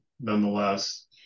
nonetheless